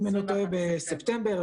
אם אני לא טועה -- 21 בספטמבר.